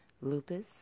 Lupus